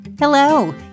Hello